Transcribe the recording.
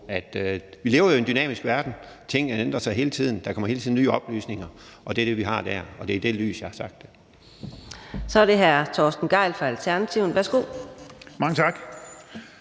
Vi lever jo i en dynamisk verden. Tingene ændrer sig hele tiden. Der kommer hele tiden nye oplysninger, og det er det, vi har der, og det er i det lys, jeg har sagt det. Kl. 15:03 Fjerde næstformand (Karina